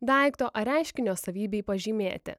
daikto ar reiškinio savybei pažymėti